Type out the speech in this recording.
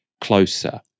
closer